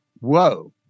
Whoa